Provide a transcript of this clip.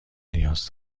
نیاز